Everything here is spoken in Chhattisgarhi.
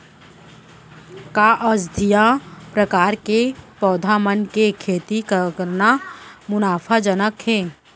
का औषधीय प्रकार के पौधा मन के खेती करना मुनाफाजनक हे?